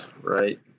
right